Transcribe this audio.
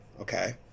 okay